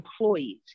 employees